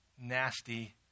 nasty